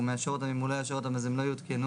אם הוא לא יאשר אותן הן לא יותקנו